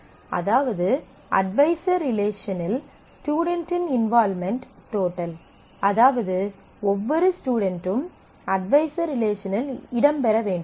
அதாவது அட்வைசர் ரிலேஷனில் ஸ்டுடென்ட்டின் இன்வால்வ்மென்ட் டோட்டல் அதாவது ஒவ்வொரு ஸ்டுடென்ட்டும் அட்வைசர் ரிலேஷனில் இடம்பெற வேண்டும்